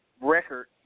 record